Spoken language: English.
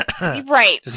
Right